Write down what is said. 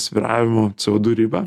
svyravimų co du ribą